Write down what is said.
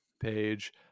page